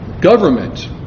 government